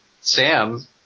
Sam